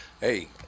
hey